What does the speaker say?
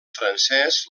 francès